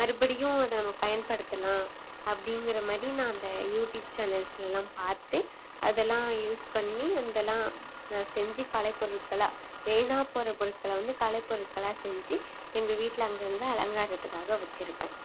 மறுபடியும் அதை நம்ம பயன்படுத்தலாம் அப்படிங்கிற மாதிரி நான் அந்த யூடியூப் சேனல்ஸ்லெலாம் பார்த்து அதெல்லாம் யூஸ் பண்ணி அந்தெலாம் நான் செஞ்சு கலை பொருட்களாக வீணாக போகிற பொருட்களை வந்து கலைப் பொருட்களாக செஞ்சு எங்கள் வீட்டில் அங்கங்கே அலங்காரத்துக்காக வச்சுருப்பேன்